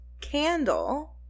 candle